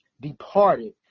departed